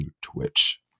twitch